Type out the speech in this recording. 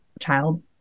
child